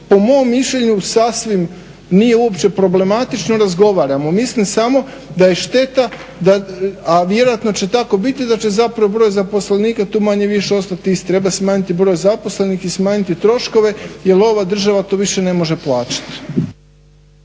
po mom mišljenju sasvim nije uopće problematično razgovaramo. Mislim samo da je šteta, a vjerojatno će tako biti, da će zapravo broj zaposlenika tu manje-više ostati isti. Treba smanjiti broj zaposlenih i smanjiti troškove jel ova država to više ne može plaćati.